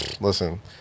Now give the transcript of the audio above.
listen